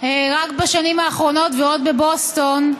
רק בשנים האחרונות, ועוד בבוסטון,